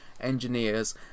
engineers